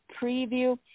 preview